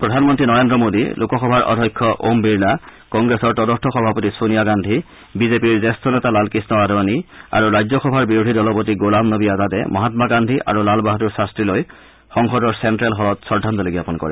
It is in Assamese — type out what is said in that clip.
প্ৰধানমন্নীক নৰেন্দ্ৰ মেদী লোকসভাৰ অধ্যক্ষৰ ওম বিৰলা কংগ্ৰেছৰ তদৰ্থ সভাপতি ছেনিয়া গান্ধী বিজেপিৰ জ্যেষ্ঠ নেতা লালকৃষ্ণ আদৱানী আৰু ৰাজ্যসভাৰ বিৰোধী দলপতি গোলাম নবী আজাদে মহামা গান্ধী আৰু লাল বাহাদুৰ শাস্ত্ৰীলৈ সংসদৰ চেণ্টেল হলত শ্ৰদ্ধাঞ্জলি জাপন কৰে